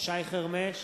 שי חרמש,